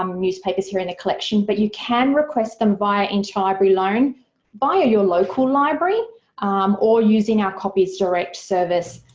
um newspapers here in a collection, but you can request them via interlibrary loan via your local library or using our copies direct service.